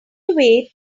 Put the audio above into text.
away